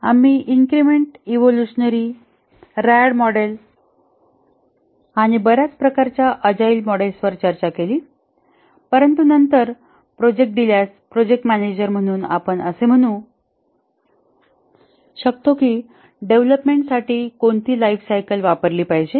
आम्ही increment evolutionary RAD model आणि बर्याच प्रकारच्या अजाईल मॉडेल्सवर चर्चा केली परंतु नंतर प्रोजेक्ट दिल्यास प्रोजेक्ट मॅनेजर म्हणून आपण असे म्हणू शकतो की डेव्हलपमेंट साठी कोणती लाइफ सायकल वापरली पाहिजे